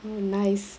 mm nice